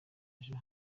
ejo